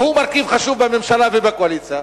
והוא מרכיב חשוב בממשלה ובקואליציה,